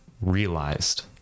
realized